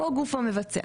או הגוף המבצע?